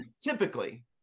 Typically